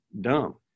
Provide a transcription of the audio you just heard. dumb